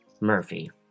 Murphy